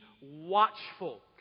watchful